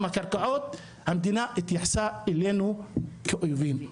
הקרקעות המדינה התייחסה אלינו כאויבים.